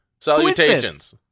Salutations